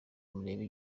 murebe